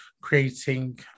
creating